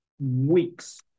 weeks